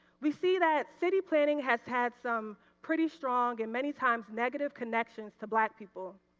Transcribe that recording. we see that city planning has had some pretty strong and many times negative connections to black people.